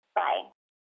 bye